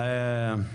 שמירה.